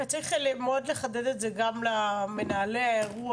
צריך מאוד לחדד את זה גם למנהלי האירוע,